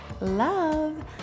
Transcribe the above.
love